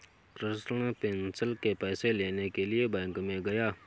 Krishna pension के पैसे लेने के लिए बैंक में गया